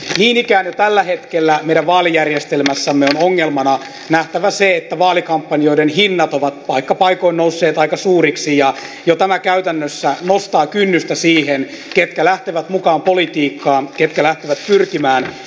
niin ikään jo tällä hetkellä meidän vaalijärjestelmässämme on ongelmana nähtävä se että vaalikampanjoiden hinnat ovat paikka paikoin nousseet aika suuriksi ja jo tämä käytännössä nostaa kynnystä siihen ketkä lähtevät mukaan politiikkaan ketkä lähtevät pyrkimään eduskuntaan